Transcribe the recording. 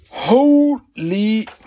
Holy